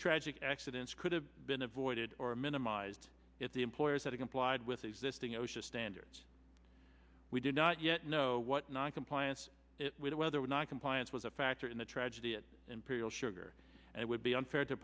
tragic accidents could have been avoided or minimized if the employers that complied with existing osha standards we did not yet know what noncompliance with whether or not compliance was a factor in the tragedy it imperial sugar and it would be unfair to